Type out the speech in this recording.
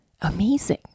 amazing